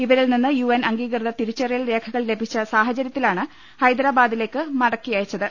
ഇവരിൽ നിന്ന് U N അംഗീകൃത തിരി ച്ചറിയൽ രേഖകൾ ലഭിച്ച സാഹചരൃത്തിലാണ് ഹൈദരാബാദി ലേക്ക് മടക്കി അയച്ചത്